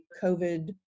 COVID